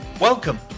Welcome